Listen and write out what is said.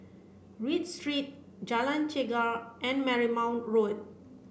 Read Street Jalan Chegar and Marymount Road